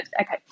Okay